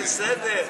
בסדר.